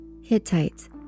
Hittites